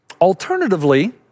alternatively